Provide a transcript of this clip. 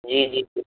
جی جی